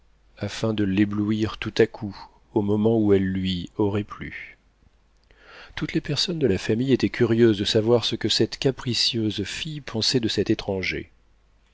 afin de l'éblouir tout à coup au moment où elle lui aurait plu toutes les personnes de la famille étaient curieuses de savoir ce que cette capricieuse fille pensait de cet étranger